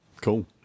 cool